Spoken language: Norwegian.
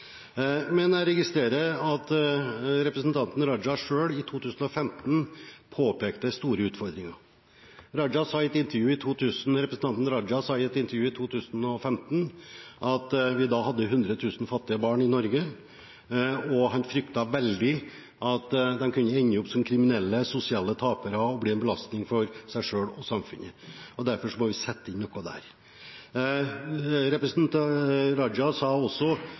Jeg registrerer at representanten Raja selv i 2015 påpekte store utfordringer. Representanten Raja sa i et intervju i 2015 at vi da hadde 100 000 fattige barn i Norge. Han fryktet at veldig «mange av dem kommer til å ende opp som kriminelle, sosiale tapere og bli en belastning for seg selv og samfunnet», og derfor måtte vi sette inn noe der. Representanten Raja sa faktisk også